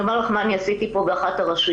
אני אומר לך מה אני עשיתי באחת הרשויות,